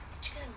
chicken